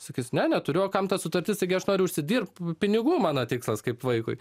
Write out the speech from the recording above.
sakys ne neturiu o kam tas sutartis taigi aš noriu užsidirbt pinigų mano tikslas kaip vaikui